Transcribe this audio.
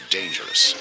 dangerous